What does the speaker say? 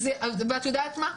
ואת יודעת מה,